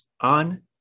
on